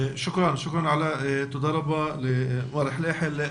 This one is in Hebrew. תודה רבה למר חליחל.